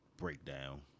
Breakdown